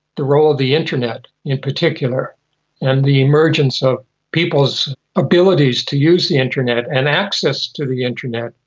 the role of the internet in particular and the emergence of people's abilities to use the internet and access to the internet.